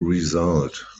result